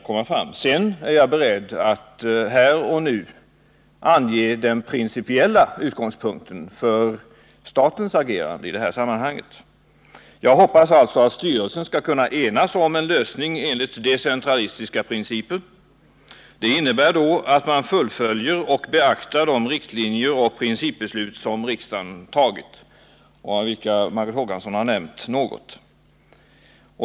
145 Sedän är jag beredd att här och nu ange den principiella utgångspunkten för statens agerande i detta sammanhang. Jag hoppas alltså att styrelsen skall enas om en lösning enligt decentralistiska principer. Det innebär att man fullföljer och beaktar de riktlinjer och principbeslut som riksdagen tagit, av vilka Margot Håkansson har nämnt något.